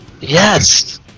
Yes